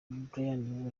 brian